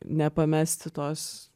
nepamesti tos